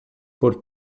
por